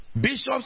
Bishops